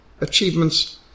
achievements